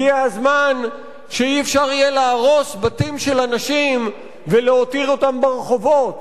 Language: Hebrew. הגיע הזמן שלא יהיה אפשר להרוס בתים של אנשים ולהותיר אותם ברחובות